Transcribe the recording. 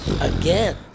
again